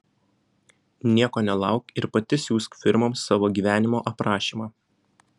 nieko nelauk ir pati siųsk firmoms savo gyvenimo aprašymą